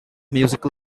musical